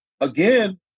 again